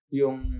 yung